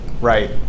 right